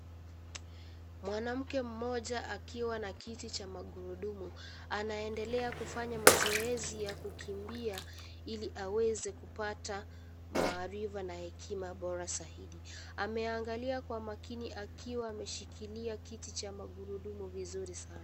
Mwanamke mmoja akiwa na kiti cha magurudumu, anaendelea kufanya mazoezi ya kukimbia, ili aweze kupata maarifa na hekima bora zaidi. Ameangalia kwa makini akiwa ameshikilia kiti cha magurudumu vizuri sana.